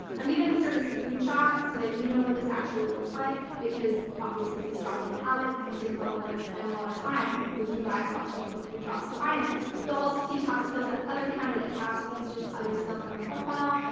i'm going to insert a screenshot so that you know what this actually looks like, because obviously this job didn't have it. and i didn't want to like spend a lot of time with you guys watching me click through jobs to find this. you'll also see top skills that other candidates have. so that's just other skills on their profile.